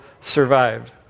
survived